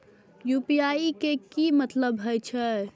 UPI के की मतलब हे छे?